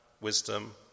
wisdom